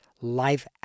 life